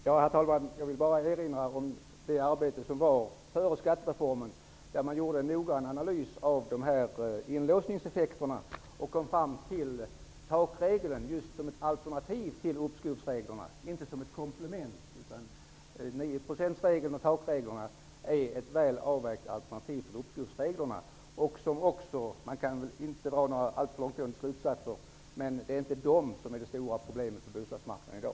Herr talman! Jag vill bara erinra om det arbete som föregick skattereformen, där man gjorde en noggrann analys av de s.k. inlåsningsaeffekterna och kom fram till takregeln just som alternativ till uppskovsreglerna, alltså inte som ett komplement. Takreglerna är väl avvägda alternativ till uppskovsreglerna. Man kan inte dra alltför långtgående slutsatser, men det är inte dessa regler som är det stora problemet på bostadsmarknaden i dag.